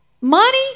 Money